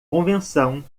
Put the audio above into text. convenção